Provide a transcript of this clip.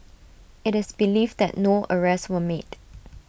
IT is believed that no arrests were made